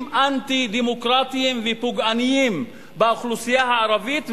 אנטי-דמוקרטיים ופוגעניים באוכלוסייה הערבית,